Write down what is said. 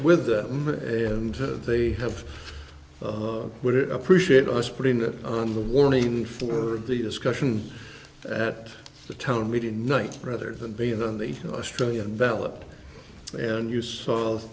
with them and they have the would it appreciate us putting that on the warning for the discussion at the town meeting night rather than being on the australian ballot and you saw